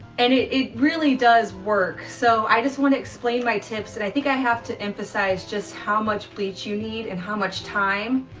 and it really does work so i just want to explain my tips and i think i have to emphasize just how much bleach you need and how much time.